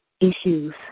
issues